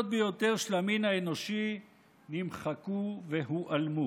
ביותר של המין האנושי נמחקו והועלמו.